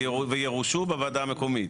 ויאושרו בוועדה המקומית.